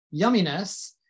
yumminess